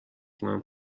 کنم